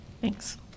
thanks